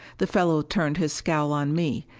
the fellow turned his scowl on me,